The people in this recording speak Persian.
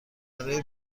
برای